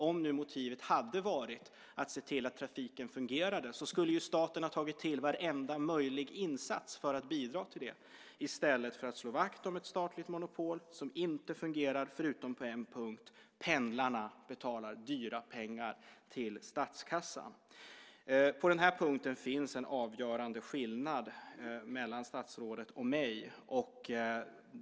Om motivet hade varit att se till att trafiken fungerade skulle staten ha tagit till varenda möjlig insats för att bidra till det i stället för att slå vakt om ett statligt monopol som inte fungerar, förutom på en punkt: Pendlarna betalar dyra pengar till statskassan. Det finns en avgörande skillnad mellan statsrådet och mig på den punkten.